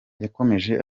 yakomeje